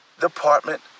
department